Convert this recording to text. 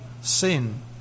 sin